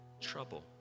trouble